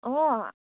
অঁ